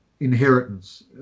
Inheritance